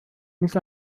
nicht